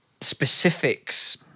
specifics